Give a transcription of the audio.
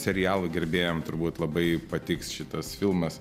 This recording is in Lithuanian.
serialų gerbėjam turbūt labai patiks šitas filmas